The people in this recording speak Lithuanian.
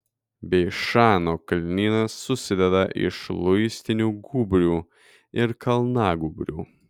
beišano kalnynas susideda iš luistinių gūbrių ir kalnagūbrių